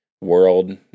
world